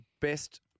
best